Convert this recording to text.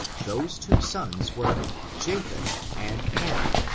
those two sons were japheth and ham.